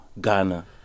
Ghana